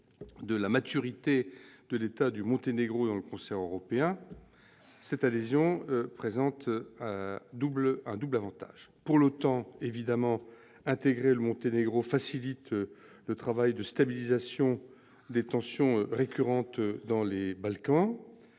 de la maturité de l'État du Monténégro dans le concert européen, cette adhésion présenterait un double avantage. Pour l'OTAN, intégrer le Monténégro facilite le travail de stabilisation des tensions récurrentes dans les Balkans-